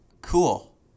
Cool